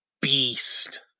beast